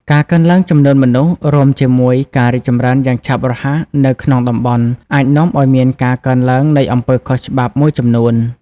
ការកើនឡើងចំនួនមនុស្ស រួមជាមួយការរីកចម្រើនយ៉ាងឆាប់រហ័សនៅក្នុងតំបន់ អាចនាំឲ្យមានការកើនឡើងនៃអំពើខុសច្បាប់ មួយចំនួន។